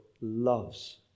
loves